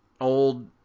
old